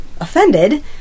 offended